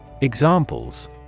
Examples